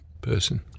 person